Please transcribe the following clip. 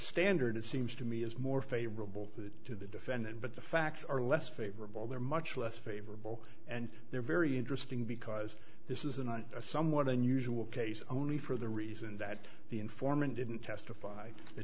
standard it seems to me is more favorable to the defendant but the facts are less favorable they're much less favorable and they're very interesting because this is an on a somewhat unusual case only for the reason that the informant didn't testify the